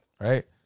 right